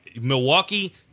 Milwaukee